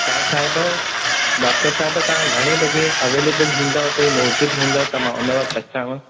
तव्हां साहिब डॉक्टर साहिब तव्हां घणे बजे अवेलेबल हूंदव हुते मौजूद हूंदव त मां उन वक़्तु अचांवं